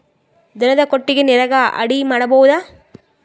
ದನದ ಕೊಟ್ಟಿಗಿ ನರೆಗಾ ಅಡಿ ಮಾಡಬಹುದಾ?